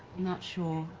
not sure